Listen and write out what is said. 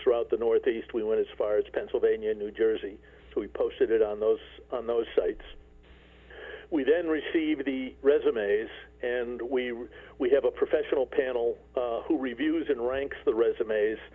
throughout the northeast we want as far as pennsylvania new jersey so we posted it on those on those sites we then receive the resumes and we we have a professional panel who reviews and ranks the resumes